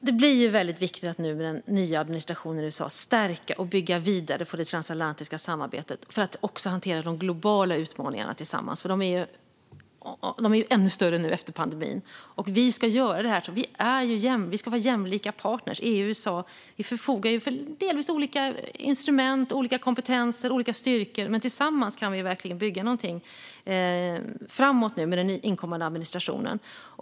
Fru talman! Det blir väldigt viktigt att med den nya administrationen i USA stärka och bygga vidare på det transatlantiska samarbetet för att också hantera de globala utmaningarna tillsammans, för de är ju ännu större nu efter pandemin. Vi ska göra detta. EU och USA ska vara jämlika partner. Vi förfogar över delvis olika instrument, kompetenser och styrkor, men tillsammans kan vi bygga något framåt med den inkommande administrationen.